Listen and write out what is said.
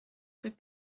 rue